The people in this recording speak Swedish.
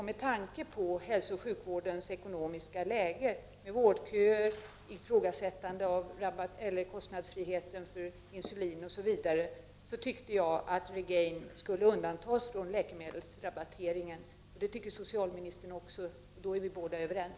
Med tanke på hälsooch sjukvårdens ekonomiska läge, med vårdköer, ifrågasättande av kostnadsfriheten för insulin, osv., tyckte jag att Regaine skulle undantas från läkemedelsrabatteringen. Det tycker socialministern också, och då är vi överens.